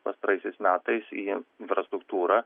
pastaraisiais metais į infrastruktūrą